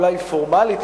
אולי פורמלית,